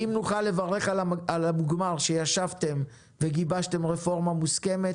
אם נוכל לברך על המוגמר אחרי שישבתם וגיבשתם רפורמה מוסכמת